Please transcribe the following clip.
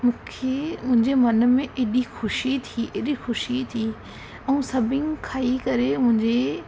मूंखे मुंहिंजे मन में एॾी ख़ुशी थी एॾी ख़ुशी थी ऐं सभिनि खाई करे मुंहिंजे